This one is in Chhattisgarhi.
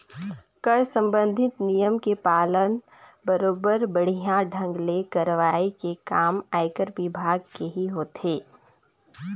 कर संबंधित नियम के पालन बरोबर बड़िहा ढंग ले करवाये के काम आयकर विभाग केही होथे